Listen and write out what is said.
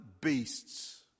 beast's